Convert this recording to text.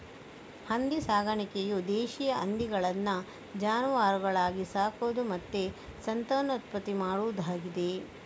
ಹಂದಿ ಸಾಕಾಣಿಕೆಯು ದೇಶೀಯ ಹಂದಿಗಳನ್ನ ಜಾನುವಾರುಗಳಾಗಿ ಸಾಕುದು ಮತ್ತೆ ಸಂತಾನೋತ್ಪತ್ತಿ ಮಾಡುದಾಗಿದೆ